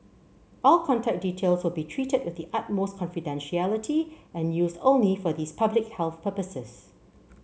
all contact details will be treated with the utmost confidentiality and used only for these public health purposes